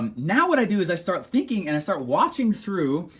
um now what i do is i start thinking, and i start watching through,